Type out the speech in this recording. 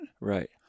Right